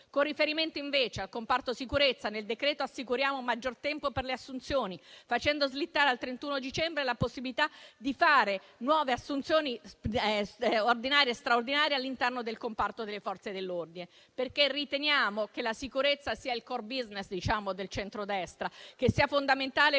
Con riferimento invece al comparto sicurezza nel provvedimento assicuriamo un maggior tempo per le assunzioni, facendo slittare al 31 dicembre la possibilità di fare nuove assunzioni ordinarie e straordinarie all'interno del comparto delle Forze dell'ordine, perché riteniamo che la sicurezza sia il *core business* politico del centrodestra e che sia fondamentale per la